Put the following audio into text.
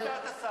מה דעת השר?